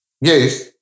Yes